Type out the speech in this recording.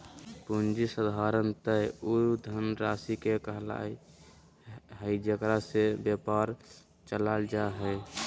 पूँजी साधारणतय उ धनराशि के कहइ हइ जेकरा से व्यापार चलाल जा हइ